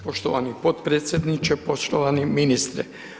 Poštovani potpredsjedniče, poštovani ministre.